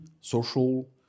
social